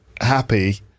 happy